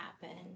happen